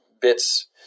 bits